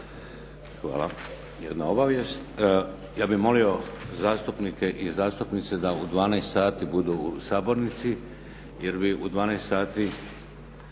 Hvala. Jedna obavijest, ja bih molio zastupnike i zastupnice da u 12 sati budu u sabornici jer bi u 12 sati